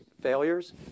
failures